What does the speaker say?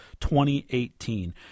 2018